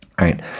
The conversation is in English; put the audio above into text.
Right